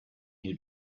new